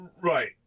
Right